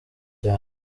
cyane